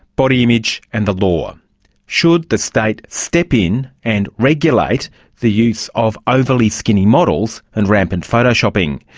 body image and the law should the state step in and regulate the use of overly skinny models and rampant photoshopping?